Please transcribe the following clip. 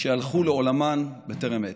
שהלכו לעולמן בטרם עת.